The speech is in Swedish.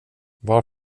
var